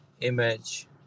image